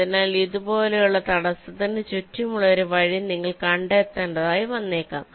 അതിനാൽ ഇതുപോലുള്ള തടസ്സത്തിന് ചുറ്റുമുള്ള ഒരു വഴി നിങ്ങൾ കണ്ടെത്തേണ്ടതായി വന്നേക്കാം